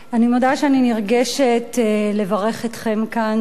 אני מודה שאני נרגשת לברך אתכם כאן.